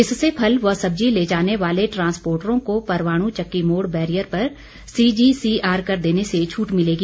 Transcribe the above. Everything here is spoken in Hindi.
इससे फल व सब्जी ले जाने वाले ट्रांसपोर्टरों को परवाणु चक्की मोड़ बैरियर पर सीजीसीआर कर देने से छूट मिलेगी